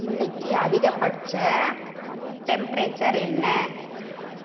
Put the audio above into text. இன்றைக்கி அதிகபட்ச டெம்ப்ரேச்சர் என்ன